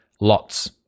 lots